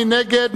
מי נגד?